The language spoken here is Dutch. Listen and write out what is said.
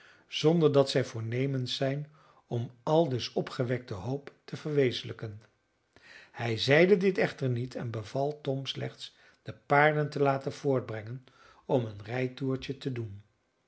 zonder dat zij voornemens zijn om de aldus opgewekte hoop te verwezenlijken hij zeide dit echter niet en beval tom slechts de paarden te laten voorbrengen om een rijtoertje te doen